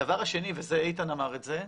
הדבר השני, ואיתן אמר את זה,